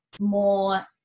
more